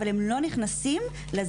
אבל הם לא נכנסים לזכאות,